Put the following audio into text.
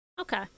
okay